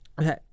Okay